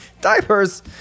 diapers